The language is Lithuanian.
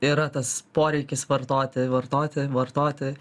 yra tas poreikis vartoti vartoti vartoti